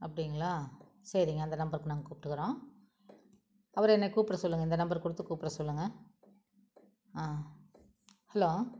அப்படிங்களா சரிங்க அந்த நம்பருக்கு நாங்கள் கூப்பிட்டுக்குறோம் அவரை எனக்கு கூப்பிட சொல்லுங்கள் இந்த நம்பரை கொடுத்து கூப்பிட சொல்லுங்கள் ஹலோ